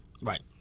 Right